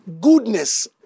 goodness